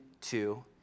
two